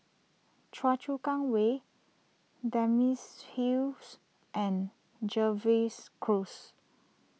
Choa Chu Kang Way Dempsey Hills and Jervois Close